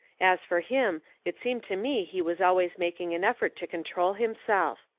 as for him, it seemed to me he was always making an effort to control himself.